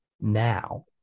now